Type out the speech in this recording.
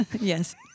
Yes